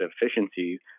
efficiency